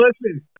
listen